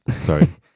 Sorry